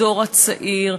הדור הצעיר,